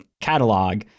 catalog